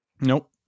Nope